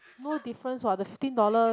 no difference what the fifteen dollar